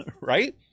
Right